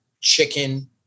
chicken